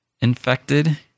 infected